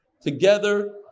together